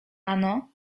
ano